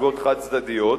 נסיגות חד-צדדיות,